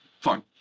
fine